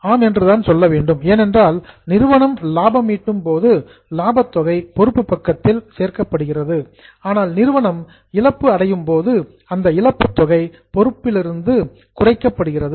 ஆம் ஏனென்றால் நிறுவனம் லாபம் ஈட்டும் போது லாப தொகை பொறுப்பு பக்கத்தில் ஆடட் சேர்க்கப்படுகிறது ஆனால் நிறுவனம் இழப்பு அடையும் போது அந்த இழப்பு தொகை பொறுப்பிலிருந்து ரெடியூஸ் குறைக்கப்படுகிறது